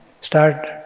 start